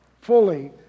fully